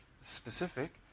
specific